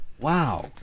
Wow